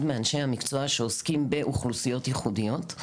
מאנשי המקצוע שעוסקים באוכלוסיות ייחודיות.